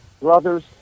brothers